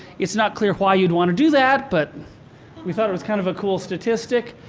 it's not clear why you'd want to do that, but we thought it was kind of a cool statistic.